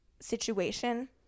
situation